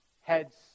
heads